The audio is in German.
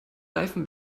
reifen